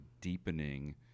deepening